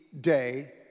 day